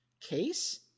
case